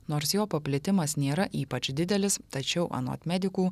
nors jo paplitimas nėra ypač didelis tačiau anot medikų